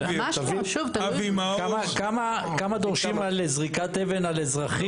כמה דורשים על זריקת אבן על אזרחים?